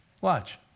Watch